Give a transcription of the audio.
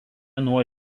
nuo